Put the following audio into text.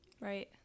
right